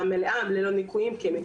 בעוד שבענף הסיעוד,